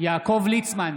יעקב ליצמן,